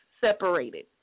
separated